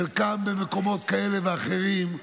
חלקם במקומות כאלה ואחרים,